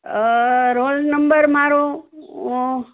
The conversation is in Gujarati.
અ રોલ નંબર મારો અ